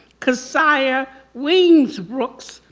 keziah wims-brooks,